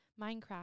Minecraft